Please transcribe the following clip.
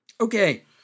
Okay